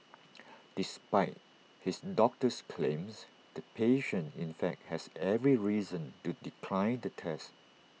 despite his doctor's claims the patient in fact has every reason to decline the test